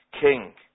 king